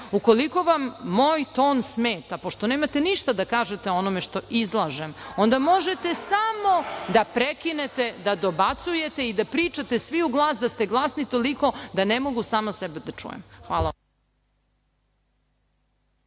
ukoliko vam moj ton smeta, pošto nemate ništa da kažete o onome što izlažem, onda možete samo da prekinete da dobacujte i da pričate svi u glas, da ste glasni toliko da ne mogu sama sebe da čujem. Hvala